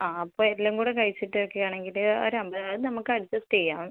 ആ അപ്പോൾ എല്ലാം കൂടെ കഴിച്ചിട്ട് ഒക്കെ ആണെങ്കിൽ ഒര് അൻപതിനായിരം നമുക്ക് അഡ്ജസ്റ്റ് ചെയ്യാം